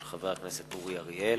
של חבר הכנסת אורי אריאל,